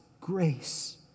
grace